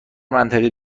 منطقی